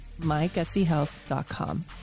mygutsyhealth.com